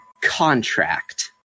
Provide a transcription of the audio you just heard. contract